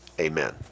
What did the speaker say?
amen